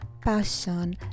passion